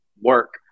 work